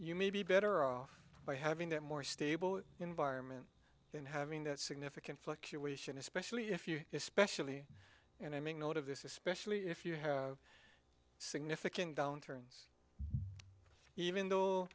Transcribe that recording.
you may be better off by having that more stable environment than having that significant fluctuation especially if you especially and i make note of this is especially if you have significant downturns even